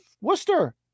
Worcester